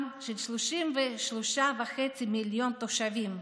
עם של 33.5 מיליון תושבים,